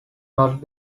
not